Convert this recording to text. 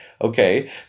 Okay